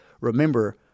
remember